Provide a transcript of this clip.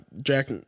Jack